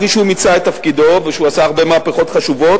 הוא מרגיש שהוא מיצה את תפקידו ושהוא עשה הרבה מהפכות חשובות.